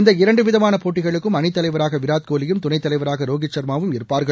இந்த இரண்டு விதமான போட்டிகளுக்கும் அணித் தலைவராக விராட் கோலியும் துணைத் தலைவராக ரோஹித் சர்மாவும் இருப்பார்கள்